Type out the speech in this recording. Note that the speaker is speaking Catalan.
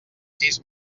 sis